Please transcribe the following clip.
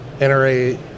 NRA